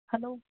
hello